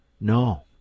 No